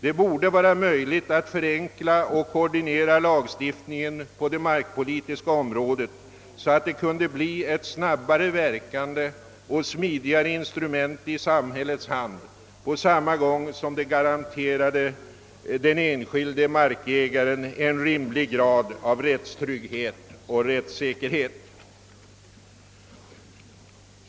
Det borde vara möjligt att förenkla och koordinera lagstiftningen på det markpolitiska området, så att denna lagstiftning kunde bli ett snabbare verkande och smidigare instrument i samhällets hand på samma gång som den garanterade den enskilde markägaren en rimlig grad av rättstrygghet och rättssäkerhet.